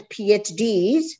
PhDs